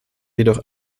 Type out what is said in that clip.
jedoch